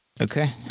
Okay